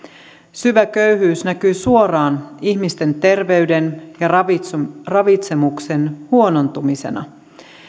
syvä köyhyys näkyy suoraan ihmisten terveyden ja ravitsemuksen ravitsemuksen huonontumisena